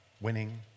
winning